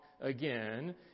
again